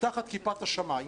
תחת כיפת השמים,